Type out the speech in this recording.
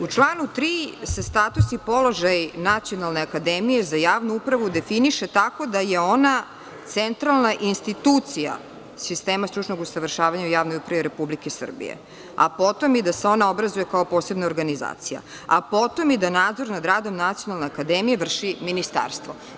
U članu 3. se statusni položaj Nacionalne akademije za javnu upravu definiše tako da je ona centralna institucija sistema stručnog usavršavanja u javnoj upravi Republike Srbije, a potom i da se ona obrazuje kao posebna organizacija, i da nadzor nad radom Nacionalne akademije vrši ministarstvo.